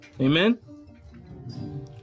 Amen